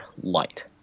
light